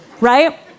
right